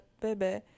baby